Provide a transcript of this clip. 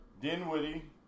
Dinwiddie